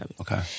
Okay